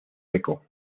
eco